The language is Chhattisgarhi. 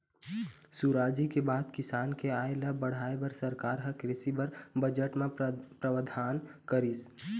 सुराजी के बाद किसान के आय ल बढ़ाय बर सरकार ह कृषि बर बजट म प्रावधान करिस